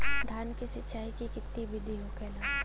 धान की सिंचाई की कितना बिदी होखेला?